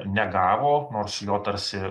negavo nors jo tarsi